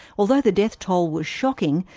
although the death toll was shocking,